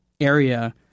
area